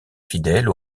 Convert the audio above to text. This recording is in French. fidèle